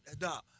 no